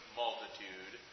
multitude